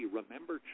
remember